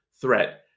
threat